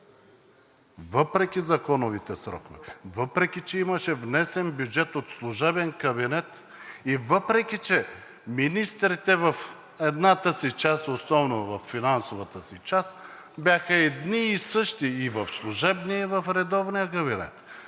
Въпреки законовите срокове! Въпреки че имаше внесен бюджет от служебен кабинет и въпреки че министрите в едната си част, основно във финансовата си част, бяха едни и същи и в служебния, и в редовния кабинет.